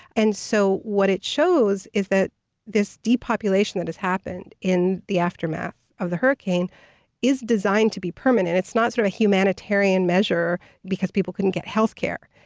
and so what it shows is that this depopulation that has happened in the aftermath of the hurricane is designed to be permanent. it's not sort of a humanitarian measure because people couldn't get healthcare.